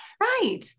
Right